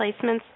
placements